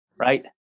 right